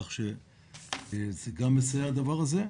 כך שגם הדבר הזה מסייע.